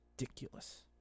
Ridiculous